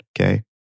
okay